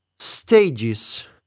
stages